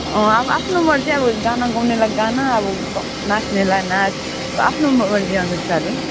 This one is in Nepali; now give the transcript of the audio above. अँ अब आफ्नो मर्जी अब गाना गाउनेलाई गाना अब नाच्नेलाई नाच आफ्नो मर्जीअनुसार हो